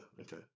Okay